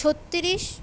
ছত্রিশ